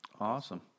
awesome